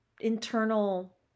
internal